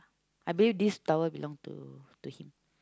I believe this towel belong to to him